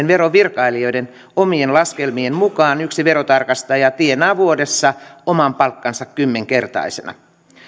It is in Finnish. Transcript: verovirkailijoiden omien laskelmien mukaan yksi verotarkastaja tienaa vuodessa oman palkkansa kymmenkertaisena